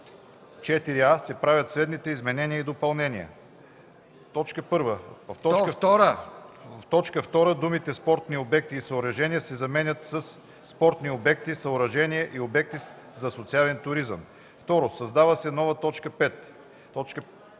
В т. 2 думите „спортни обекти и съоръжения” се заменят със „спортни обекти, съоръжения и обекти за социален туризъм”; 2. Създава се нова т. 5: „5.